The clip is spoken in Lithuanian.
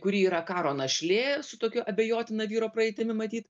kuri yra karo našlė su tokiu abejotina vyro praeitimi matyt